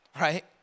right